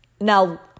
Now